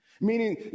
Meaning